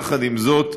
יחד עם זאת,